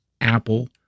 Apple